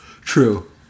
True